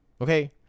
Okay